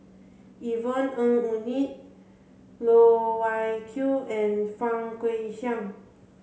Yvonne Ng Uhde Loh Wai Kiew and Fang Guixiang